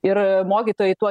ir mokytojai tuo